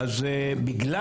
בגלל